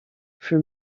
for